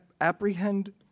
apprehend